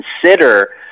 consider